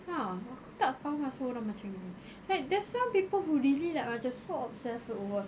ah aku tak faham asal orang macam gini like there's some people who really like macam so obsessed over